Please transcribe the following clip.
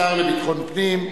השר לביטחון פנים,